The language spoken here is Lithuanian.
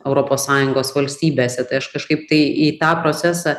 europos sąjungos valstybėse tai aš kažkaip tai į tą procesą